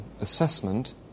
assessment